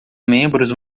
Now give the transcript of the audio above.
membros